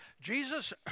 Jesus